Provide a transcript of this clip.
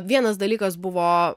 vienas dalykas buvo